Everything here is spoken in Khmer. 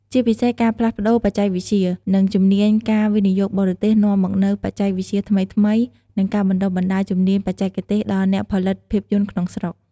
ជាពិសេសការផ្លាស់ប្តូរបច្ចេកវិទ្យា និងជំនាញការវិនិយោគបរទេសនាំមកនូវបច្ចេកវិទ្យាថ្មីៗ និងការបណ្តុះបណ្តាលជំនាញបច្ចេកទេសដល់អ្នកផលិតភាពយន្តក្នុងស្រុក។